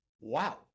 wow